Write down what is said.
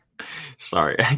Sorry